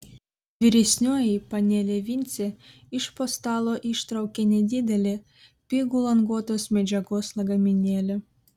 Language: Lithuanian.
vyresnioji panelė vincė iš po stalo ištraukė nedidelį pigų languotos medžiagos lagaminėlį